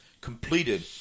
completed